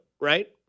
right